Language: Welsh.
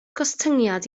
gostyngiad